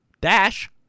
dash